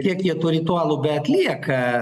kiek jie tų ritualų beatlieka